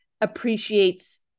appreciates